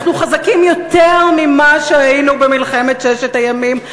אנחנו חזקים יותר ממה שהיינו במלחמת ששת הימים,